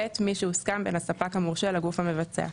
מי שהוסכם בין הספק המורשה לגוף המבצע,